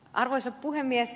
arvoisa puhemies